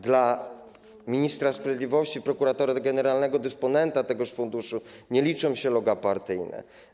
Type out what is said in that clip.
Dla ministra sprawiedliwości, prokuratora generalnego - dysponenta tego funduszu - nie liczą się loga partyjne.